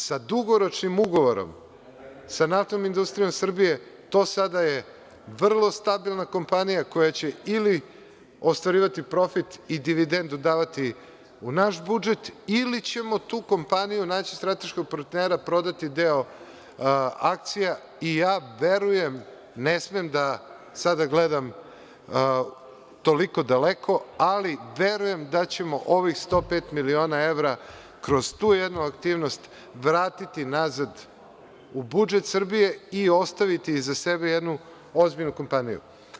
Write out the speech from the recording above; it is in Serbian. Sa dugoročnim ugovorom sa NIS, to je sada vrlo stabilna kompanija koja će ili ostvarivati profit i dividendu davati u naš budžet ili ćemo tu kompaniju, naći strateškog partnera, prodati deo akcija i ja verujem, ne smem sada da gledam toliko daleko, ali verujem da ćemo ovih 105 miliona evra kroz tu jednu aktivnost vratiti nazad u budžet Srbije i ostaviti iza sebe jednu ozbiljnu kompaniju.